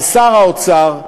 ושר האוצר,